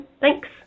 Thanks